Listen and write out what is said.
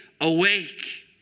awake